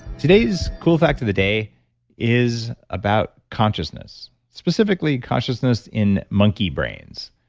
today's cool fact of the day is about consciousness, specifically consciousness in monkey brains.